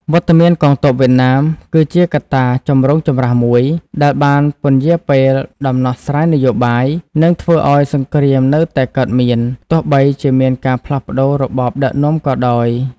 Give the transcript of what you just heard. វត្តមានកងទ័ពវៀតណាមគឺជាកត្តាចម្រូងចម្រាសមួយ ដែលបានពន្យារពេលដំណោះស្រាយនយោបាយ និងធ្វើឱ្យសង្គ្រាមនៅតែកើតមាន ទោះបីជាមានការផ្លាស់ប្តូររបបដឹកនាំក៏ដោយ។